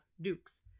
Duke's